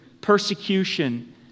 persecution